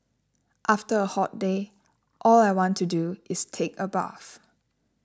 after a hot day all I want to do is take a bath